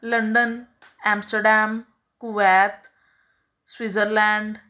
London Amsterdam Kuwait Switzerland